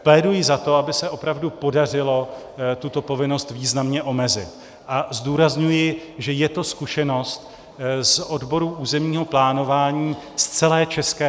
Pléduji za to, aby se opravdu podařilo tuto povinnost významně omezit, a zdůrazňuji, že je to zkušenost z odborů územního plánování z celé ČR.